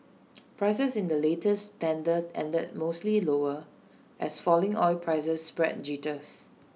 prices in the latest tender ended mostly lower as falling oil prices spread jitters